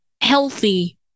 healthy